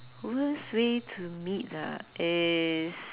worst way to meet ah is